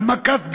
על מכת גרזן,